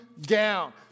down